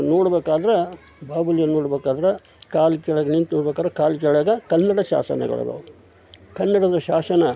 ನೋಡ್ಬೇಕಾದ್ರ ಬಾಹುಬಲಿಯನ್ನು ನೋಡ್ಬೇಕಾದ್ರ ಕಾಲ ಕೆಳಗೆ ನಿಂತು ನೋಡ್ಬೇಕಾದ್ರೆ ಕಾಲ ಕೆಳಗೆ ಕನ್ನಡ ಶಾಸನಗಳಿದಾವೆ ಕನ್ನಡದ ಶಾಸನ